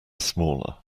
smaller